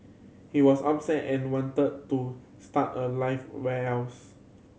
he was upset and wanted to start a life where else